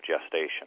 gestation